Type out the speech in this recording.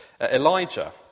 Elijah